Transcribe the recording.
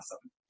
awesome